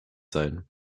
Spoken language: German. sein